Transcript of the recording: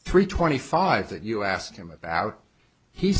three twenty five that you ask him about he